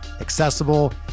accessible